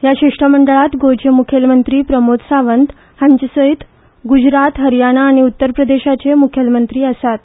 ह्या शिश्टमंडळांत गोंयचे मुखेलमंत्री प्रमोद सावंत हांचे सयत गुजरात हरयाणा आनी उत्तरप्रदेशचे मुखेलमंत्री आसात